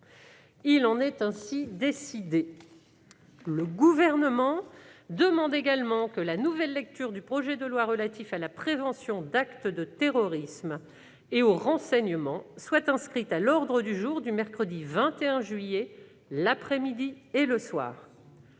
Il en est ainsi décidé. Le Gouvernement demande également que la nouvelle lecture du projet de loi relatif à la prévention d'actes de terrorisme et au renseignement soit inscrite à l'ordre du jour du mercredi 21 juillet, l'après-midi et le soir.